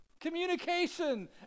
communication